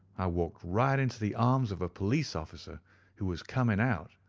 i walked right into the arms of a police-officer who was coming out,